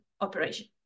operation